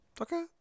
Okay